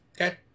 okay